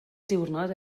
diwrnod